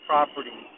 property